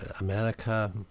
America